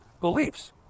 beliefs